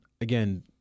again